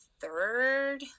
third